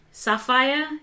Sapphire